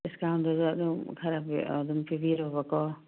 ꯗꯤꯁꯀꯥꯎꯟꯗꯨꯁꯨ ꯑꯗꯨꯝ ꯈꯔ ꯑꯗꯨꯝ ꯄꯤꯕꯤꯔꯣꯕ ꯀꯣ